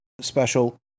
special